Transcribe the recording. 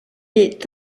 est